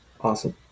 Awesome